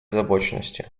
озабоченностью